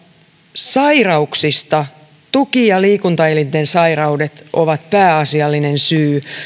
sairauksista tuki ja liikuntaelinten sairaudet ovat pääasiallinen syy